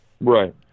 Right